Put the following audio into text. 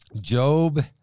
Job